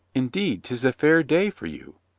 indeed, tis a fair day for you.